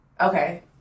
Okay